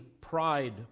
pride